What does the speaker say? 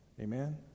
Amen